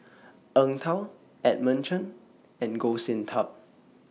Eng Tow Edmund Chen and Goh Sin Tub